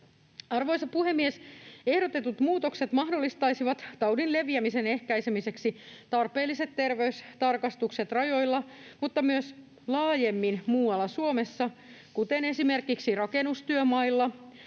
Arvoisa puhemies! Ehdotetut muutokset mahdollistaisivat taudin leviämisen ehkäisemiseksi tarpeelliset terveystarkastukset rajoilla, mutta myös laajemmin muualla Suomessa, kuten esimerkiksi rakennustyömailla